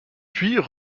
puis